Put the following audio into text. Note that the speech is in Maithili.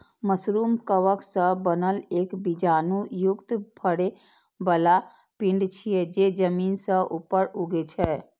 मशरूम कवक सं बनल एक बीजाणु युक्त फरै बला पिंड छियै, जे जमीन सं ऊपर उगै छै